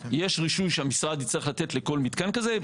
יש רישוי שהמשרד יצטרך לתת לכל מתקן כזה.